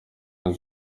ngo